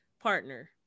partner